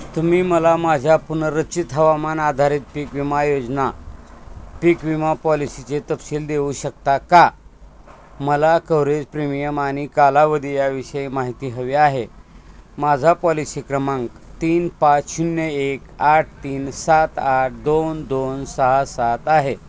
तुम्ही मला माझ्या पुनर्रचित हवामान आधारित पीक विमा योजना पीक विमा पॉलिसीचे तपशील देऊ शकता का मला कव्हरेज प्रीमियम आणि कालावधी याविषयी माहिती हवी आहे माझा पॉलिसी क्रमांक तीन पाच शून्य एक आठ तीन सात आठ दोन दोन सहा सात आहे